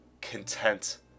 content